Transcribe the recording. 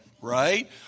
right